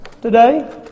today